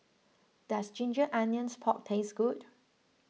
does Ginger Onions Pork taste good